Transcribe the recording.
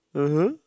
(uh huh)